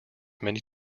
many